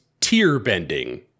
tear-bending